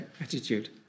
attitude